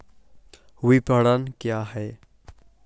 विपणन क्या है?